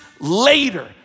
later